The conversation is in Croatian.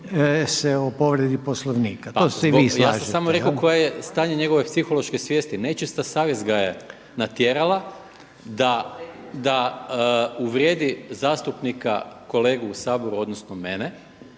o povredi Poslovnika. To se i vi slažete. **Maras, Gordan (SDP)** Ja sam samo rekao koje je stanje njegove psihološke svijesti. Nečista savjest ga je natjerala da uvrijedi zastupnika kolegu u Saboru odnosno mene